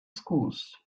schools